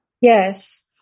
Yes